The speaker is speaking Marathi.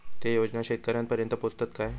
ते योजना शेतकऱ्यानपर्यंत पोचतत काय?